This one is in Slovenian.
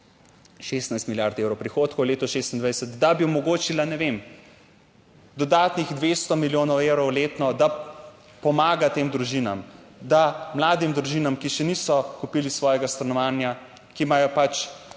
16 milijard evrov prihodkov v letu 20 26, da bi omogočila, ne vem, dodatnih 200 milijonov evrov letno, da pomaga tem družinam, da mladim družinam, ki še niso kupili svojega stanovanja, ki imajo pač